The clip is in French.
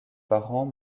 parents